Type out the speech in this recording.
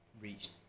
reached